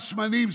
מס שמנים,